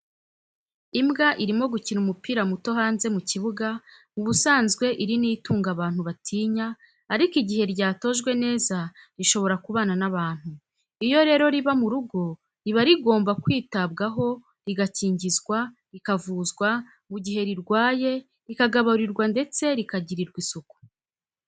Imbwa irimo gukina umupira muto hanze mu kibuga, mu busanzwe iri ni itungo abantu batinya, ariko igihe ryatojwe neza rishobora kubana n'abantu. Iyo rero riba mu rugo, riba rigomba kwitabwaho, rigakingizwa, rikavuzwa mu gihe rirwaye, rikagaburirwa ndetse rikagirirwa isuku.